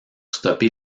stopper